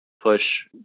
push